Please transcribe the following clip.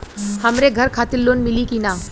हमरे घर खातिर लोन मिली की ना?